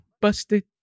Busted